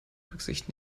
rücksicht